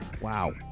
Wow